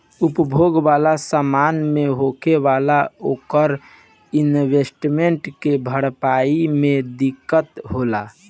उपभोग वाला समान मे होखे वाला ओवर इन्वेस्टमेंट के भरपाई मे दिक्कत होला